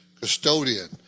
custodian